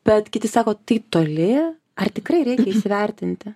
bet kiti sako taip toli ar tikrai reikia įsivertinti